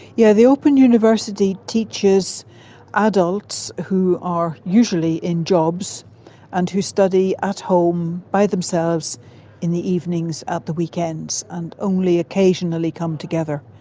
yeah the open university teaches adults who are usually in jobs and who study at home by themselves in the evenings at the weekends, and only occasionally come together.